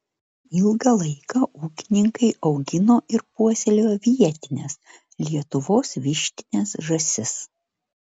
ilgą laiką ūkininkai augino ir puoselėjo vietines lietuvos vištines žąsis